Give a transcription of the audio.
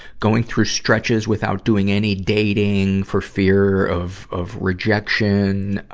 going through stretches without doing any dating for fear of, of, rejection.